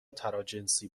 تراجنسی